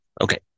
Okay